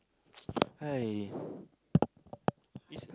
ha